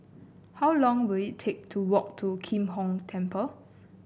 how long will it take to walk to Kim Hong Temple